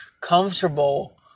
comfortable